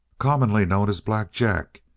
commonly known as black jack,